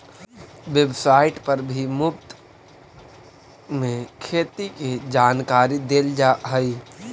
website पर भी मुफ्त में खेती के जानकारी देल जा हई